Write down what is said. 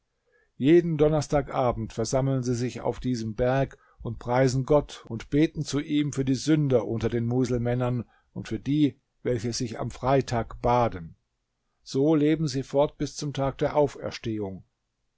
jeden donnerstag abend versammeln sie sich auf diesem berg und preisen gott und beten zu ihm für die sünder unter den muselmännern und für die welche sich am freitag baden so leben sie fort bis zum tag der auferstehung